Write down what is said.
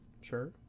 Sure